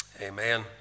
Amen